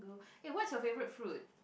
eh what's your favourite fruit